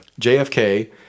JFK